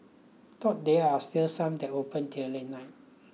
though there are still some that open till late night